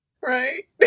right